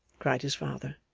cried his father.